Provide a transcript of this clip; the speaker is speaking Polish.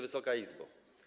Wysoka Izbo!